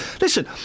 Listen